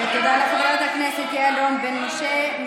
ותודה לחברת הכנסת יעל רון בן משה.